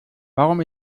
warum